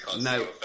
no